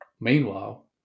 Meanwhile